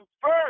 first